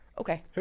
Okay